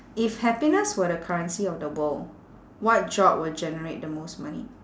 if happiness were the currency of the world what job would generate the most money